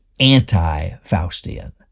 anti-Faustian